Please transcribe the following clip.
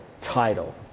title